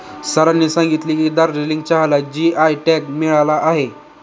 सरांनी सांगितले की, दार्जिलिंग चहाला जी.आय टॅग मिळाला आहे